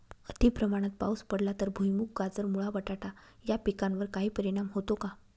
अतिप्रमाणात पाऊस पडला तर भुईमूग, गाजर, मुळा, बटाटा या पिकांवर काही परिणाम होतो का?